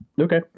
Okay